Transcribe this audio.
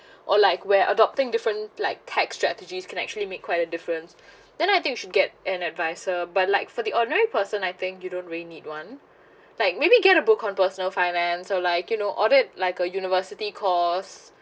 or like we're adopting different like tax strategies can actually make quite a difference then I think you should get an advisor but like for the ordinary person I think you don't really need one like maybe get a book on personal finance or like you know or it like a university course